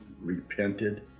repented